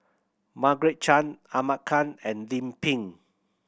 Margaret Chan Ahmad Khan and Lim Pin